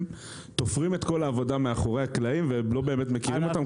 תופרים את כל העבודה מאחורי הקלעים ולא מכירים אותם.